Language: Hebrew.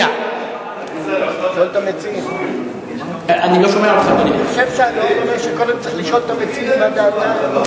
אני חושב שההיגיון אומר שקודם צריך לשאול את המציעים מה דעתם.